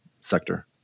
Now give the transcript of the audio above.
sector